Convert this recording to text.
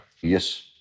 Yes